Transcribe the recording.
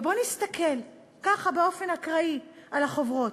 ובואו נסתכל, ככה באופן אקראי, על החוברות.